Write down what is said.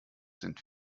sind